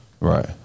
Right